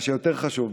מה שיותר חשוב,